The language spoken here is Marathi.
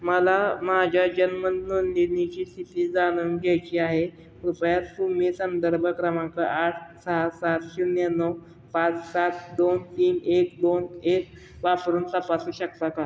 मला माझ्या जन्म नोंदणीची स्थिती जाणून द्यायची आहे कृपया तुम्ही संदर्भ क्रमांक आठ सहा सात शून्य नऊ पाच सात दोन तीन एक दोन एक वापरून तपासू शकता का